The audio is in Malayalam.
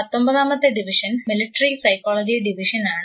പത്തൊമ്പതാമത്തെ ഡിവിഷൻ മിലിറ്ററി സൈക്കോളജി ഡിവിഷനാണ്